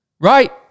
Right